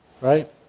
Right